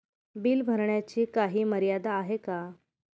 Bill भरण्याची काही मर्यादा आहे का?